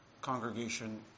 congregation